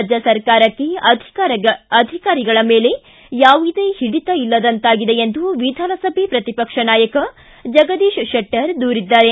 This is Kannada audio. ರಾಜ್ಯ ಸರ್ಕಾರಕ್ಕೆ ಅಧಿಕಾರಿಗಳ ಮೇಲೆ ಯಾವುದೇ ಹಿಡಿತ ಇಲ್ಲದಂತಾಗಿದೆ ಎಂದು ವಿಧಾನಸಭೆ ಪ್ರತಿಪಕ್ಷ ನಾಯಕ ಜಗದೀತ ಶೆಟ್ಟರ್ ದೂರಿದ್ದಾರೆ